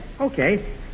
Okay